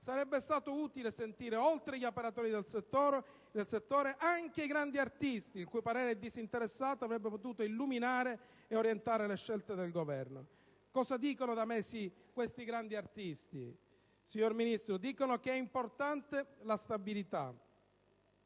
sarebbe stato utile sentire oltre agli operatori del settore anche i grandi artisti, il cui parere disinteressato avrebbe potuto illuminare e orientare le scelte del Governo. Cosa dicono da mesi questi grandi artisti? Signor Ministro, dicono che è importante la stabilità,